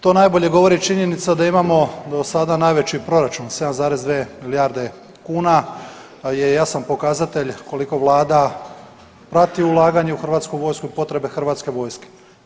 To najbolje govori činjenica da imamo dosada najveći proračun 7,2 milijarde kuna je jasan pokazatelj koliko vlada prati ulaganje u hrvatsku vojsku i potrebe hrvatske vojske.